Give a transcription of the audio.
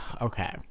Okay